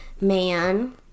man